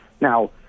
Now